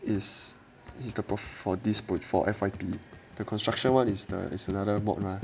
is is the prof for this proj~ for F_Y_P the construction [one] is the is another mod mah